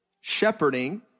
shepherding